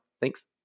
Thanks